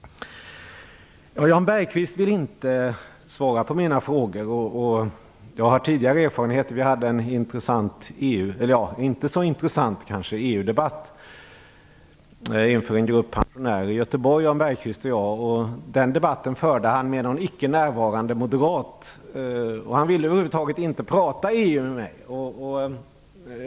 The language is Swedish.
Jan Bergqvist vill inte svara på mina frågor, något jag har tidigare erfarenheter av. Jan Bergqvist och jag hade för ett tag sedan en kanske inte så intressant EU debatt inför en grupp pensionärer i Göteborg. Den debatten förde han med någon icke närvarande moderat. Han ville då över huvud taget inte prata EU med mig.